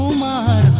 la